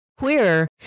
Queer